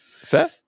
Fair